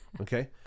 Okay